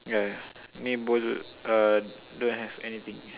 ya me bowl uh don't have anything